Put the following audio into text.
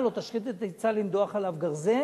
לא תשחית את עֵצָהּ לִנְדֹּחַ עליו גרזן".